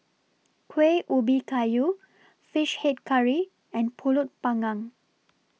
Kuih Ubi Kayu Fish Head Curry and Pulut Panggang